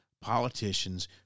politicians